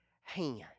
hand